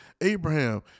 Abraham